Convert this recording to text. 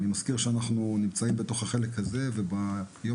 ואני מזכיר שאנחנו נמצאים בחלק הזה וכעבור